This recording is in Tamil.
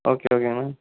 ஓகே ஓகேங்கண்ணா